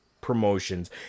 promotions